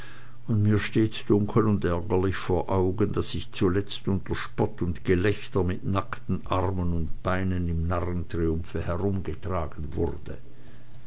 und mir steht dunkel und ärgerlich vor augen daß ich zuletzt unter spott und gelächter mit nackten armen und beinen im narrentriumphe herumgetragen wurde